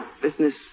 business